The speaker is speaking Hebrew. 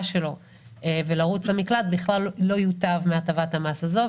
שלו ולרוץ למקלט בכלל לא יוטב מהטבת המס הזו,